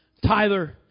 Tyler